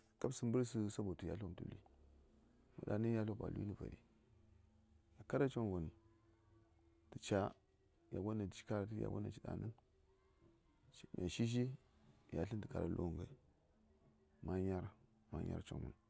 Kap səmbərsə sabo tu yatl won tə luyi daŋni yatlwom a luyi nə vari mə kara coŋvon gya gon daŋ ci kar tə daŋni ya shishi yatlən tə kara lu:ghən ghai ma nyar ma nyar coŋmən